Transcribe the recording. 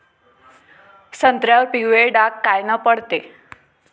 संत्र्यावर पिवळे डाग कायनं पडते?